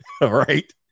right